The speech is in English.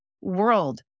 world